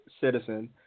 citizen